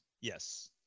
Yes